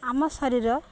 ଆମ ଶରୀର